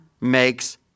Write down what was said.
makes